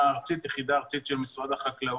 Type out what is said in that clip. הארצית - יחידה ארצית של משרד החקלאות.